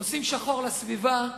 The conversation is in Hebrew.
עושים שחור לסביבה,